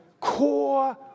core